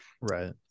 right